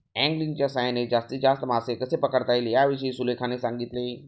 अँगलिंगच्या सहाय्याने जास्तीत जास्त मासे कसे पकडता येतील याविषयी सुलेखाने सांगितले